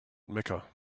mecca